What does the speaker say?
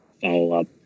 follow-up